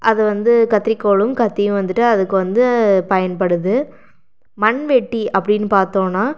அதை வந்து கத்திரிக்கோலு கத்தியும் வந்துட்டு அதுக்கு வந்து பயன்படுது மண்வெட்டி அப்படின்னு பார்த்தோனா